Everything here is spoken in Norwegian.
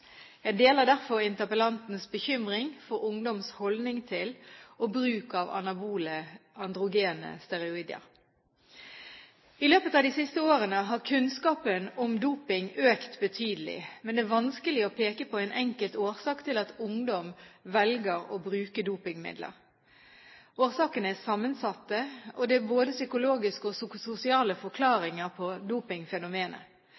Jeg deler derfor interpellantens bekymring for ungdoms holdning til og bruk av anabole androgene steroider. I løpet av de siste årene har kunnskapen om doping økt betydelig, men det er vanskelig å peke på en enkelt årsak til at ungdom velger å bruke dopingmidler. Årsakene er sammensatte, og det er både psykologiske og sosiale